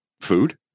Food